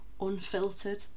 unfiltered